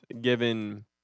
given